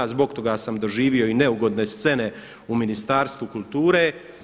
Zbog toga sam doživio i neugodne scene u Ministarstvu kulture.